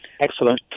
Excellent